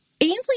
Ainsley